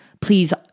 please